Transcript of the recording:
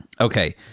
Okay